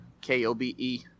K-O-B-E